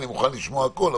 אני מוכן לשמוע הכול,